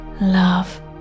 love